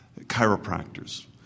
chiropractors